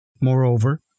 Moreover